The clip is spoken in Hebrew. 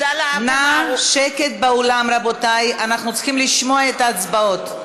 שקט באולם, רבותי, אנחנו צריכים לשמוע את ההצבעות.